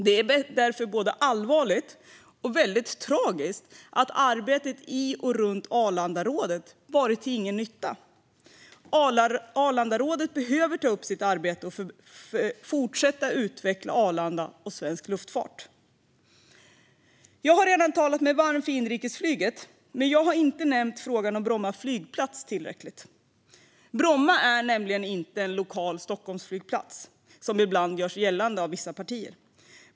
Det är därför både allvarligt och väldigt tragiskt att arbetet i och runt Arlandarådet inte varit till någon nytta. Arlandarådet behöver ta upp sitt arbete och fortsätta att utveckla Arlanda och svensk luftfart. Jag har redan talat mig varm för inrikesflyget, men jag har inte nämnt frågan om Bromma flygplats tillräckligt. Bromma är nämligen inte en lokal Stockholmsflygplats, som vissa partier ibland vill göra gällande.